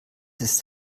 ist